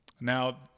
now